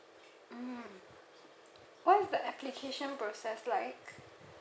mm what is the application process like